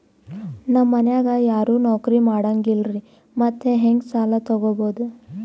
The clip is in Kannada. ನಮ್ ಮನ್ಯಾಗ ಯಾರೂ ನೌಕ್ರಿ ಮಾಡಂಗಿಲ್ಲ್ರಿ ಮತ್ತೆಹೆಂಗ ಸಾಲಾ ತೊಗೊಬೌದು?